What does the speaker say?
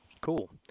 Cool